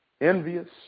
envious